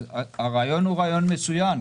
הרעיון הוא רעיון מצוין.